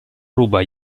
ruba